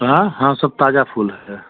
हाँ हाँ सब ताज़ा फूल हैं